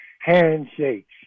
Handshakes